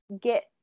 get